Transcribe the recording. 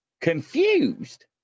confused